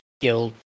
guild